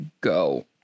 go